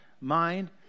mind